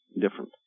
different